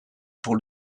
pour